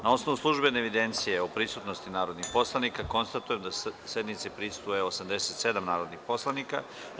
Na osnovu službene evidencije o prisutnosti narodnih poslanika, konstatujem da sednici prisustvuje 86 narodnih poslanika.